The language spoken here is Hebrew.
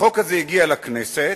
החוק הזה הגיע לכנסת,